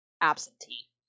absentee